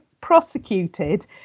prosecuted